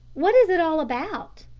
what is it all about?